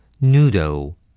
Noodle